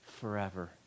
forever